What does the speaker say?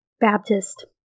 Baptist